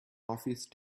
office